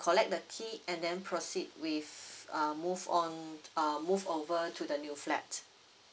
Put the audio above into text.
collect the key and then proceed with uh move on uh move over to the new flat